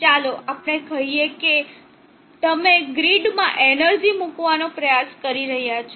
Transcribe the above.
ચાલો આપણે કહીએ કે તમે ગ્રીડમાં એનર્જી મૂકવાનો પ્રયાસ કરી રહ્યાં છો